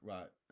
Right